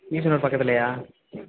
ஈசனுர் பக்கத்துலையா